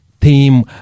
Theme